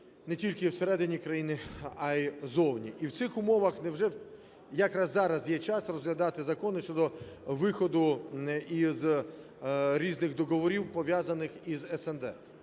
не тільки всередині країни, а й ззовні, і в цих умовах невже якраз зараз є час розглядати закони щодо виходу із різних договорів, пов'язаних із СНД.